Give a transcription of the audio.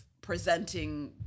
presenting